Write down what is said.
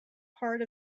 part